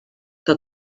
que